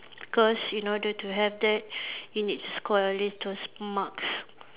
cause in order to have that you need to score at least those marks